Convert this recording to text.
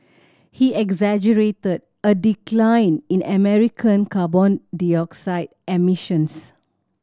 he exaggerated a decline in American carbon dioxide emissions